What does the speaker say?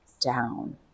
down